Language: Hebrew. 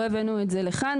לא הבאנו את זה לכאן.